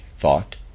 thought